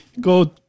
go